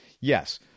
Yes